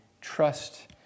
trust